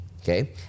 Okay